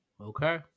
okay